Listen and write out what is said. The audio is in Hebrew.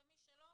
ומי שלא